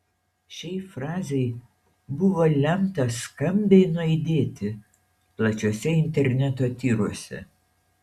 šiai frazei buvo lemta skambiai nuaidėti plačiuose interneto tyruose